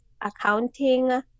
accounting